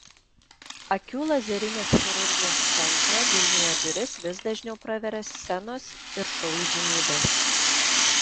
akių lazerinės chirurgijos centro vilniuje duris vis dažniau praveria scenos ir šou įžymybės